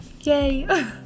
Yay